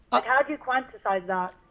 but how do you quantify that?